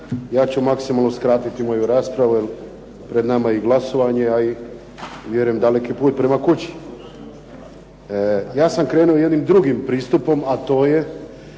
Ja ću maksimalno skratiti moju raspravu, pred nama je i glasovanje a i vjerujem daleki put prema kući. Ja sam krenuo jednim drugim pristupom a to je